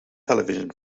television